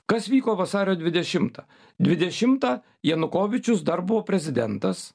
kas vyko vasario dvidešimtą dvidešimtą janukovyčius dar buvo prezidentas